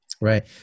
Right